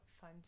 fun